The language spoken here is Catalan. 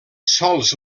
sols